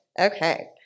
Okay